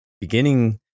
beginning